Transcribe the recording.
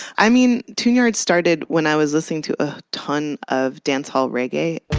i mean tune-yards started when i was listening to a ton of dancehall reggae.